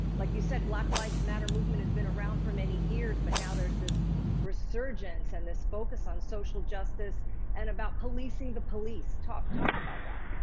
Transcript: like you said, black lives matter movement has been around for many years, but now there's this resurgence and this focus on social justice and about policing the police. talk talk about that.